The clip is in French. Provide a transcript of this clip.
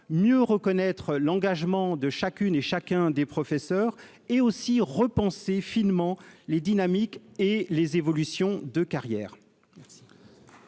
mieux reconnaître l'engagement de chacune et chacun des professeurs et pour repenser finement les dynamiques et les évolutions de carrière.